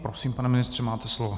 Prosím, pane ministře, máte slovo.